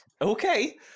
Okay